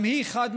גם היא חד-משמעית,